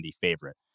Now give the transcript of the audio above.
favorite